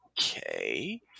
okay